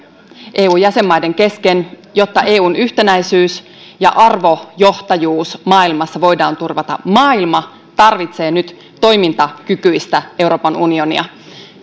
eu jäsenmaiden kesken jotta eun yhtenäisyys ja arvojohtajuus maailmassa voidaan turvata maailma tarvitsee nyt toimintakykyistä euroopan unionia